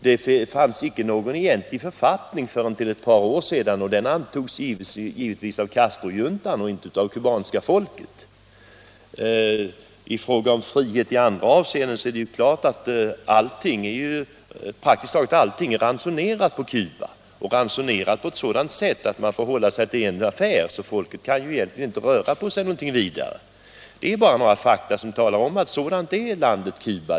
Det fanns icke någon egentlig författning fram till för ett par år sedan, och den författning som då infördes antogs givetvis av Castrojuntan och inte av det kubanska folket. I fråga om friheten i andra avseenden, så är t.ex. praktiskt taget allting ransonerat på Cuba och ransonerat på ett sådant sätt att man får hålla sig till en affär, så folket kan egentligen inte röra på sig något vidare. Detta är bara några fakta som talar om, att sådant är landet Cuba.